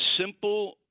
simple